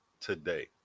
today